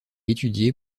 étudiée